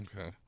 Okay